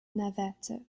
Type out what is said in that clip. navette